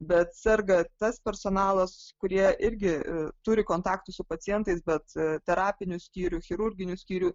bet serga tas personalas kurie irgi turi kontaktų su pacientais bet terapinių skyrių chirurginių skyrių